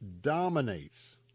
dominates